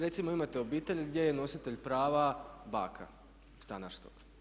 Recimo imate obitelj gdje je nositelj prava baka, stanarskog.